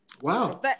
Wow